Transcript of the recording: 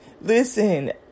listen